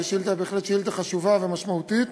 בהחלט שאילתה חשובה ומשמעותית.